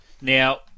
Now